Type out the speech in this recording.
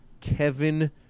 Kevin